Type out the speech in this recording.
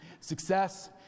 Success